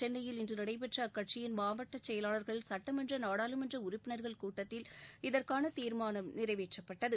சென்னையில் இன்று நடைபெற்ற அக்கட்சியின் மாவட்ட செயலாளர்கள் சுட்டமன்ற நாடாளுமன்ற உறுப்பினர்கள் கூட்டத்தில் இதற்கான தீர்மானம் நிறைவேற்றப்பட்டது